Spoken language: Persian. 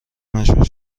مجبور